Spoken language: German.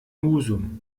husum